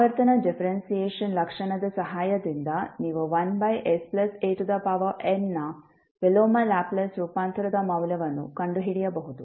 ಆವರ್ತನ ಡಿಫರೆನ್ಸಿಯೇಶನ್ ಲಕ್ಷಣದ ಸಹಾಯದಿಂದ ನೀವು 1san ನ ವಿಲೋಮ ಲ್ಯಾಪ್ಲೇಸ್ ರೂಪಾಂತರದ ಮೌಲ್ಯವನ್ನು ಕಂಡುಹಿಡಿಯಬಹುದು